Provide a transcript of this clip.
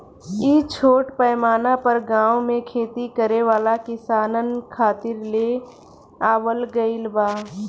इ छोट पैमाना पर गाँव में खेती करे वाला किसानन खातिर ले आवल गईल बा